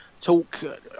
talk